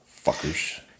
fuckers